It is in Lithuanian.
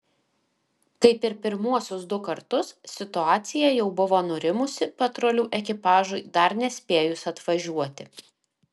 kaip ir pirmuosius du kartus situacija jau buvo nurimusi patrulių ekipažui dar nespėjus atvažiuoti